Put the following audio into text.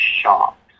shops